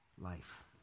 life